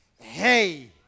Hey